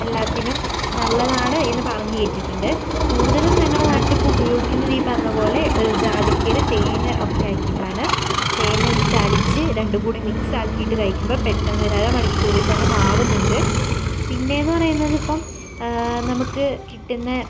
എല്ലാത്തിനും നല്ലതാണ് എന്നു പറഞ്ഞു കേട്ടിട്ടുണ്ട് കൂടുതലും ഞങ്ങളുടെ നാട്ടിൽ ഇപ്പോൾ ഉപയോഗിക്കുന്നത് ഈ പറഞ്ഞതു പോലെ ജാതിക്കയിൽ തേൻ ഒക്കെ ആക്കിയിട്ടാണ് തേനും ചാലിച്ച് രണ്ടും കൂടി മിക്സ് ആക്കിയിട്ട് കഴിയ്ക്കുമ്പോൾ പെട്ടെന്ന് ഒരര മണിക്കൂറിൽത്തന്നെ മാറുന്നുണ്ട് പിന്നെയെന്നു പറയുന്നത് ഇപ്പം നമുക്ക് കിട്ടുന്ന